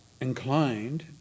inclined